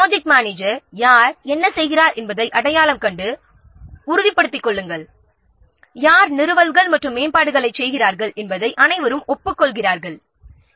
project manager யார் யார் என்ன செய்கிறார் என்பதையும் யார் நிறுவல்கள் மற்றும் மேம்பாடுகளைச் செய்கிறார்கள் என்பதை அனைவரும் ஒப்புக்கொள்கிறார்களா என உறுதிப்படுத்திக் கொள்ள வேண்டும்